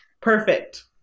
Perfect